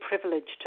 privileged